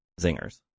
zingers